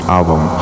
Album